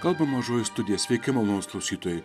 kalba mažoji studija sveiki malonūs klausytojai